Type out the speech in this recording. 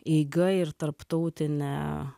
eiga ir tarptautine